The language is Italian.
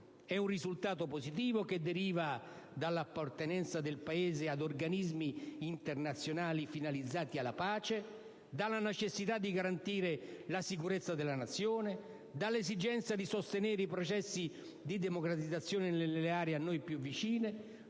È un risultato positivo che deriva dall'appartenenza del Paese ad organismi internazionali finalizzati alla pace, dalla necessità di garantire la sicurezza della Nazione, dall'esigenza di sostenere i processi di democratizzazione nelle aree a noi più vicine,